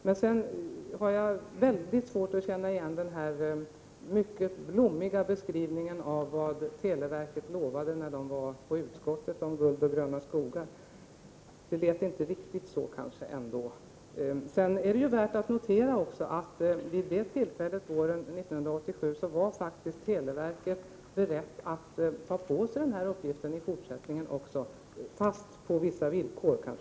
Men sedan har jag väldigt svårt att känna igen den mycket blommiga beskrivningen av vad televerket lovade, om guld och gröna skogar, när företrädare för verket var på utskottet. Det lät kanske ändå inte riktigt så. Det är också värt att notera att vid det tillfället våren 1987 var televerket faktiskt berett att ta på sig denna uppgift även i fortsättningen, fastän på vissa villkor.